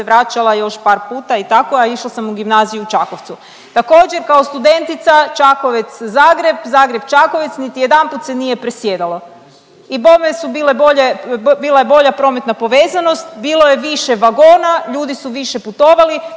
vraćala još par puta i tako, a išla sam u gimnaziju u Čakovcu. Također kao studentica Čakovec – Zagreb, Zagreb – Čakovec niti jedanput se nije presjedalo. I bome su bile bolje, bila je bolja prometna povezanost, bilo je više vagona, ljudi su više putovali.